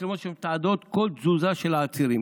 מצלמות שמתעדות כל תזוזה של העצירים.